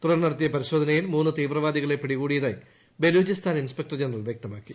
തുടർന്ന് നടത്തിയ പരിശോധനയിൽ മൂന്ന് തീവ്രവാദികളെ പിടികൂടിയതായി ബലൂചിസ്ഥാൻ ഇൻസ്പെക്ടർ ജനറൽ വ്യക്തമാക്കി